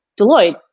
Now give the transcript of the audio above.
Deloitte